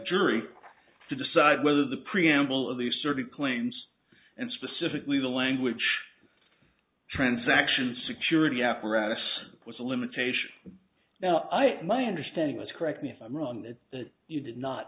jury to decide whether the preamble of the survey claims and specifically the language transaction security apparatus was a limitation now i my understanding is correct me if i'm wrong that you